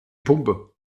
pumpe